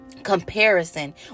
comparison